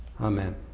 Amen